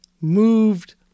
moved